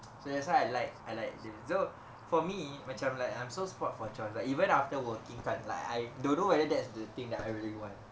so that's why I like I like the so for me macam like I'm so spoilt for choice like even after working kan like I don't know whether that's the thing that I really want